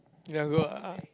never ah